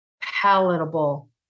palatable